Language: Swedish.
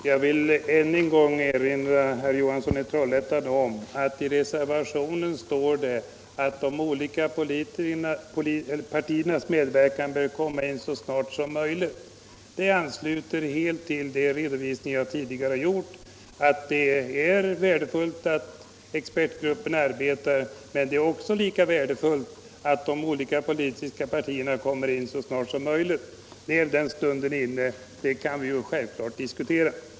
Herr talman! Jag vill än en gång erinra herr Johansson i Trollhättan om att i reservationen står det att de olika partiernas medverkan bör komma in så snart som möjligt. Det ansluter helt till de redovisningar jag tidigare lämnat. Det är värdefullt att expertgruppen arbetar, men det är önskvärt att de olika politiska partierna kommer in så snart som möjligt i överläggningarna. När den stunden är inne kan vi självklart diskutera.